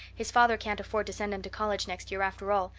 his father can't afford to send him to college next year, after all,